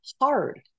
hard